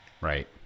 Right